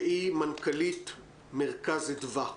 מנכ"לית מרכז אדווה.